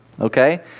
okay